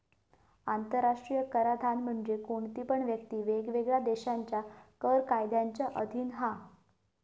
आंतराष्ट्रीय कराधान म्हणजे कोणती पण व्यक्ती वेगवेगळ्या देशांच्या कर कायद्यांच्या अधीन हा